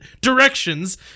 directions